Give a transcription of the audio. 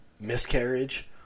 miscarriage